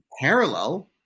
parallel